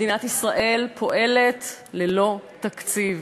מדינת ישראל פועלת ללא תקציב.